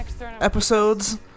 episodes